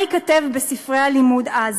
מה ייכתב בספרי הלימוד אז?